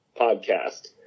podcast